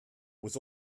was